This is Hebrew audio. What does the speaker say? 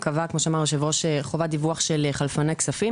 קבעה כמו שאמר היושב-ראש חובת דיווח של חלפני כספים,